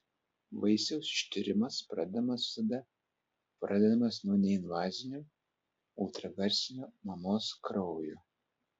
vaisiaus ištyrimas pradedamas visada pradedamas nuo neinvazinių ultragarsinio mamos kraujo